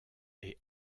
est